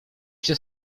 się